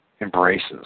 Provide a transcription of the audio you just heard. embraces